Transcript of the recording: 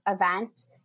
event